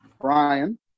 Brian